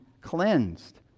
cleansed